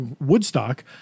Woodstock